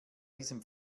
diesem